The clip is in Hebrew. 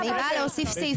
היא באה להוסיף סעיפים.